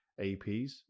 APs